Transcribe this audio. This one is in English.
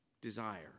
desire